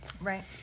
Right